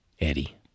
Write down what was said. Eddie